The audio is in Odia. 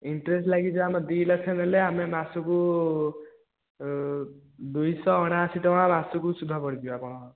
ଇଣ୍ଟ୍ରେଷ୍ଟ ଲାଗିଯିବ ଆମ ଦୁଇ ଲକ୍ଷ ନେଲେ ଆମେ ମାସକୁ ଦୁଇଶହ ଅଣାଅଶି ଟଙ୍କା ମାସକୁ ସୁଧ ପଡ଼ିଯିବ ଆପଣଙ୍କର